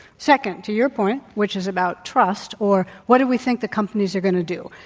second, to your point, which is about trust or what do we think the companies are going to do?